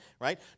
right